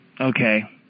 Okay